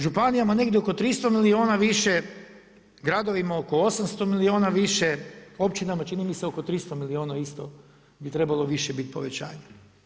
Županijama negdje oko 300 milijuna više, gradovima oko 800 milijuna više, općinama čini mi se oko 300 milijuna isto bi trebalo biti više povećanja.